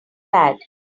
bad